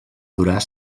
durar